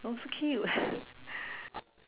oh so cute